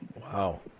Wow